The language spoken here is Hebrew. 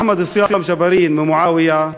אחמד ג'בארין ממועאוויה,